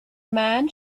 man